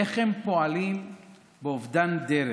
איך הם פועלים באובדן דרך,